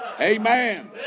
Amen